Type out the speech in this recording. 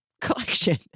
collection